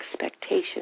expectations